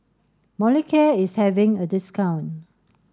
Molicare is having a discount